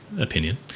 opinion